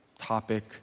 topic